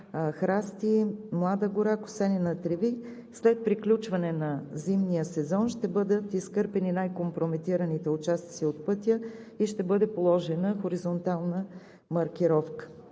храсти, млада гора и косене на треви. След приключване на зимния сезон ще бъдат изкърпени най-компрометираните участъци от пътя и ще бъде положена хоризонтална маркировка.